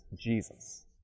Jesus